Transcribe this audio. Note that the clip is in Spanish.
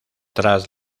tras